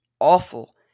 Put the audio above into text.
awful